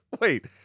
Wait